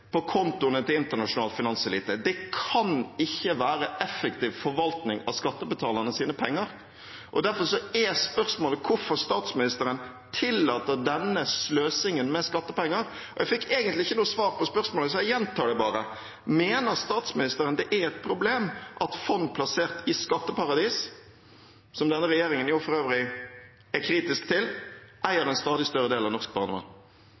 på kontoene til internasjonal finanselite. Det kan ikke være en effektiv forvaltning av skattebetalernes penger. Derfor er spørsmålet hvorfor statsministeren tillater denne sløsingen med skattepenger. Jeg fikk egentlig ikke noe svar på spørsmålet, så jeg gjentar det bare: Mener statsministeren det er et problem at fond plassert i skatteparadiser, som denne regjeringen jo for øvrig er kritisk til, eier en stadig større del av norsk barnevern?